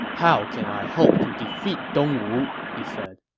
how can i hope to defeat dong wu? he said